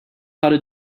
how